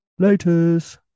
laters